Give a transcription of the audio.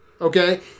okay